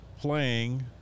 playing